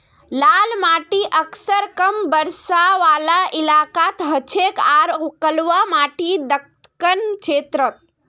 लाल माटी अक्सर कम बरसा वाला इलाकात हछेक आर कलवा माटी दक्कण क्षेत्रत